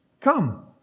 come